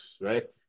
right